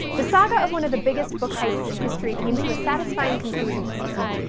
the saga of one of the biggest book heists in history came to a satisfying conclusion this year.